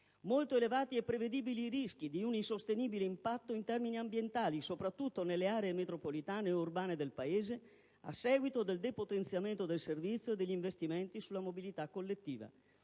Molto elevati e prevedibili sono i rischi di un insostenibile impatto in termini ambientali, soprattutto nelle aree metropolitane o urbane del Paese, a seguito del depotenziamento del servizio e degli investimenti sulla mobilità collettiva: